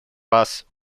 вас